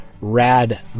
rad